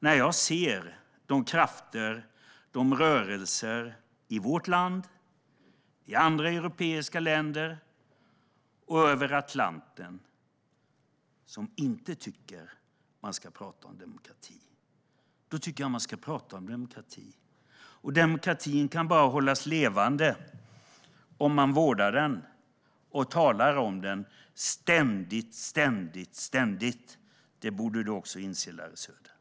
När jag ser de krafter och rörelser i vårt land, i andra europeiska länder och på andra sidan Atlanten som inte tycker att man ska tala om demokrati, då tycker jag att man ska tala om demokrati. Demokratin kan hållas levande bara om man vårdar den och ständigt talar om den. Det borde du också inse, Larry Söder.